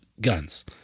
guns